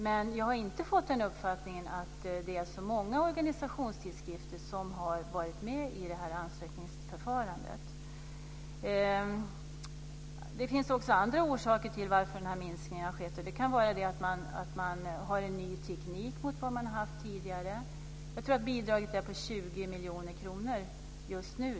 Men jag har inte fått uppfattningen att det är så många organisationstidskrifter som har varit med i det här ansökningsförfarandet. Det finns också andra orsaker till att den här minskningen har skett. Det kan vara att man har en ny teknik jämfört med vad man har haft tidigare. Jag tror att bidraget är på 20 miljoner kronor just nu.